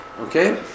Okay